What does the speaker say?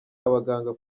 abaganga